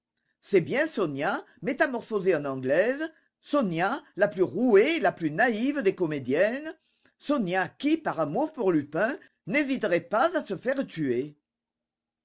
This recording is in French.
c'est bien sonia métamorphosée en anglaise sonia la plus rouée et la plus naïve des comédiennes sonia qui par amour pour lupin n'hésiterait pas à se faire tuer